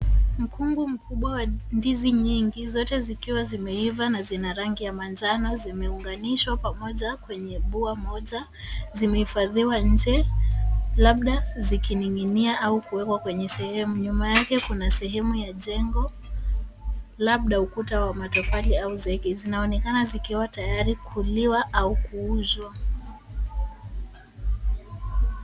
Mkungu mkubwa wa ndizi nyingi zote zikiwa zimeiva na zina rangi ya manjano zimeunganishwa pamoja kwenye buwa moja zimehifadhiwa nje. Labda zikining'inia au kuwekwa kwenye sehemu. Nyuma yake kuna sehemu ya jengo labda ukuta wa matafali au zege. Zinaonekana zikiwa tayari kuliwa au kuuzwa.